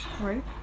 right